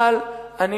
אבל אני,